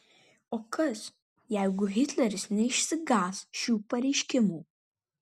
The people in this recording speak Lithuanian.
o kas jeigu hitleris neišsigąs šių pareiškimų